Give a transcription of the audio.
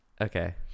Okay